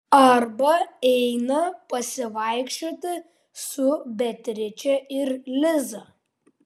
arba eina pasivaikščioti su beatriče ir liza